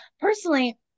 personally